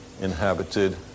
inhabited